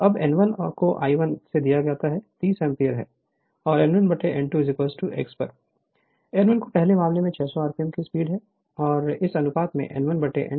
तो जब n1 को Ia1 दिया गया है तो 30 एम्पीयर है और n1 n2 x पर n1 को पहले मामले में 600 rpm की स्पीड है और इस अनुपात में n1 n2 x लगता है